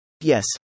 Yes